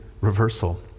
reversal